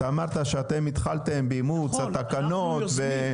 אתה אמרת שאתם התחלתם באימוץ התקנות ויוזמים.